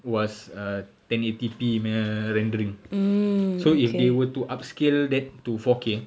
was err ten eighty P punya rendering so if they were to upscale that to four K